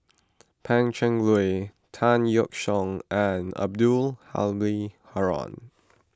Pan Cheng Lui Tan Yeok Seong and Abdul Halim Haron